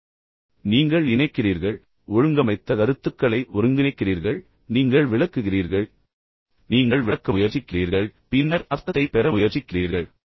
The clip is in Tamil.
எனவே நீங்கள் இணைக்கிறீர்கள் நீங்கள் ஒழுங்கமைத்த கருத்துக்களை ஒருங்கிணைக்கிறீர்கள் பின்னர் நீங்கள் விளக்குகிறீர்கள் நீங்கள் விளக்க முயற்சிக்கிறீர்கள் பின்னர் அர்த்தத்தைப் பெற முயற்சிக்கிறீர்கள்